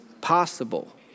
possible